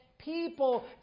People